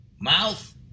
Mouth